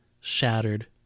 shattered